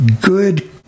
good